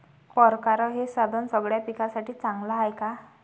परकारं हे साधन सगळ्या पिकासाठी चांगलं हाये का?